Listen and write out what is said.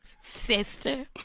sister